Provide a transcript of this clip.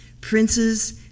Princes